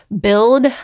build